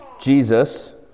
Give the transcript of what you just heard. Jesus